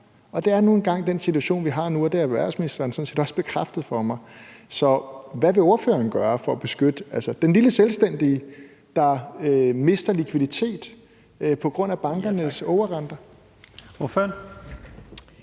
Det er nu engang den situation, vi har nu, og det har erhvervsministeren sådan også bekræftet for mig. Så hvad vil ordføreren gøre for at beskytte den lille selvstændige, der mister likviditet på grund af bankernes ågerrenter?